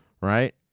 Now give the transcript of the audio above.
right